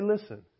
listen